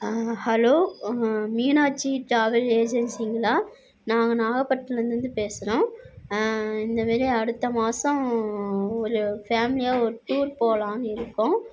hello Meenakshi travel ஏஜென்சிங்களா நாங்கள் நாகப்பட்டனத்துலேருந்து பேசுகிறோம் இந்தமாரி அடுத்த மாசம் ஒரு ஃபேமிலியாக ஒரு டூர் போகலான்னு இருக்கோம்